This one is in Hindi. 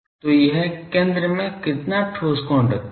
तो यह केंद्र में कितना ठोस कोण रखता है